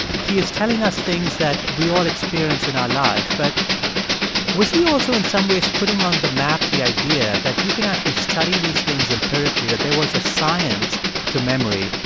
he is telling us things that we all experience in our life. but was he also, in some ways, putting on the map the idea that you can actually study these things empirically, that there was a science to memory,